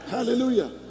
Hallelujah